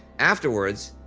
afterwards,